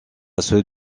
ceux